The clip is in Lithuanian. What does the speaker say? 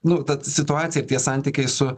nu ta situacija ir tie santykiai su